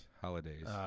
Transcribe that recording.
holidays